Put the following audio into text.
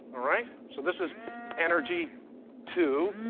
alright? so this is energy two,